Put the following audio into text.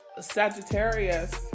Sagittarius